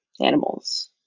animals